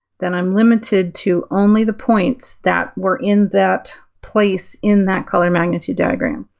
then i'm limited to only the points that were in that place in that color magnitude diagram.